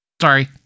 sorry